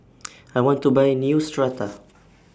I want to Buy Neostrata